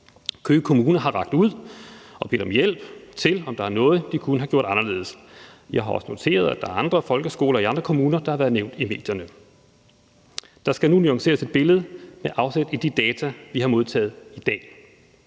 Køge Kommune har rakt ud og bedt om hjælp til at undersøge, om der er noget, de kunne have gjort anderledes. Jeg har også noteret, at der er andre folkeskoler i andre kommuner, der har været nævnt i medierne. Der skal nu nuanceres et billede med afsæt i de data, vi har modtaget i dag.